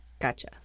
Gotcha